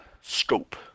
scope